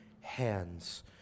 hands